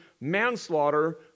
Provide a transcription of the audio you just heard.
manslaughter